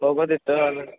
ಹೋಗೋದಿತ್ತು